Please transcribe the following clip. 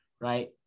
right